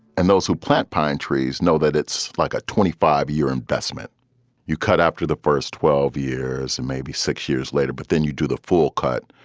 and those who plant pine trees know that it's like a twenty five year investment you cut after the first twelve years and maybe six years later. but then you do the full cut.